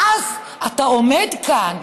ואז אתה עומד כאן,